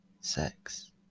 sex